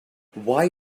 why